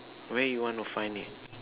where you want to find it